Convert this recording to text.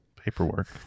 paperwork